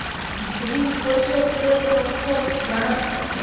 ঋন পরিশোধ এর তথ্য জানান